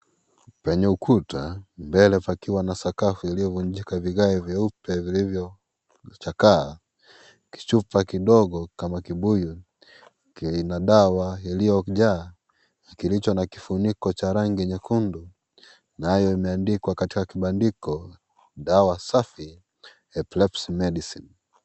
Penye ukuta mbele pakiwa na sakafuiliyovunjika vigae vilivyoochakaa kichupa kidogo kama kibuyu kina dawa iliyojaa na kilicho na kifuniko cha rangi nyekundu nayo imeandikwa katika kibandiko dawa safi epilepsy medicine .